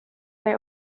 they